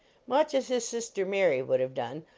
much as his sister mary would have done,